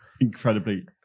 incredibly